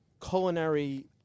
culinary